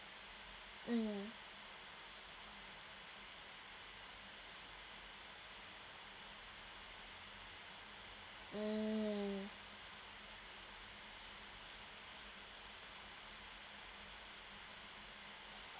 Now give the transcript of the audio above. mm mm